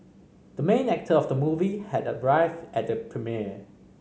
the main actor of the movie had arrived at the premiere